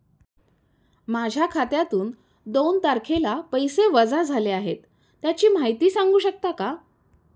माझ्या खात्यातून दोन तारखेला पैसे वजा झाले आहेत त्याची माहिती सांगू शकता का?